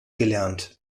gelernt